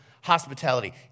hospitality